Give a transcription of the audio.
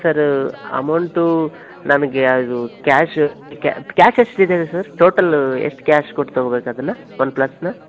ಸರ amount ನಮಗೆ ಅದು cash cash ಎಷ್ಟು ಇದೆ ಸರ್ ಟೋಟಲು ಎಷ್ಟು ಕ್ಯಾಶ್ ಕೊಟ್ಟು ತಗೊಬೇಕು ಅದನ್ನು ಒನ್ಪ್ಲಸ್ನ್ನ